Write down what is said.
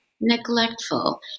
neglectful